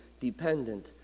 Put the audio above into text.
Dependent